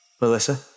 Melissa